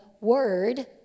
Word